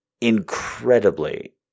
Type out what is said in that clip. incredibly